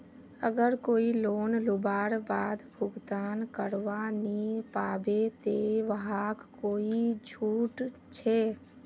अगर कोई लोन लुबार बाद भुगतान करवा नी पाबे ते वहाक कोई छुट छे?